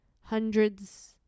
Hundreds